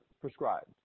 prescribed